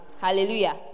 Hallelujah